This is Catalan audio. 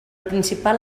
principal